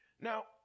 Now